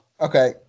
Okay